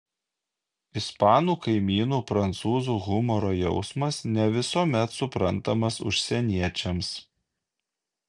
ispanų kaimynų prancūzų humoro jausmas ne visuomet suprantamas užsieniečiams